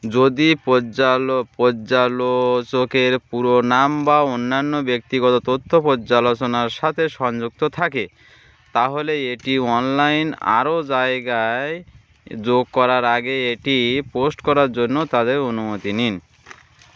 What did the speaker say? যদি প্যাল প্যালোচকের পুরোনাম বা অন্যান্য ব্যক্তিগত তথ্য প্যালোচনার সাথে সংযুক্ত থাকে তাহলে এটি অনলাইন আরও জায়গায় যোগ করার আগে এটি পোস্ট করার জন্য তাদের অনুমতি নিন